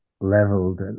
leveled